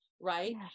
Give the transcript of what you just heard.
right